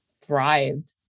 thrived